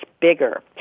bigger